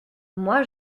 moi